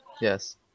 Yes